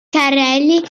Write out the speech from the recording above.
carrelli